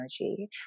energy